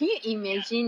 ya